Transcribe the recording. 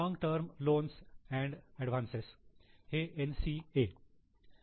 long form loans and advance long term loans advances हे N